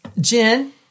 Jen